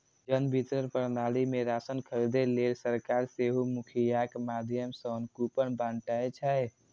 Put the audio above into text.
जन वितरण प्रणाली मे राशन खरीदै लेल सरकार सेहो मुखियाक माध्यम सं कूपन बांटै छै